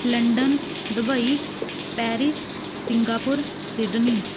London Dubai Paris Singapore Sydney